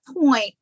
point